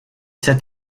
cet